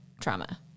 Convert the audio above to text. trauma